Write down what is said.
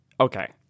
Okay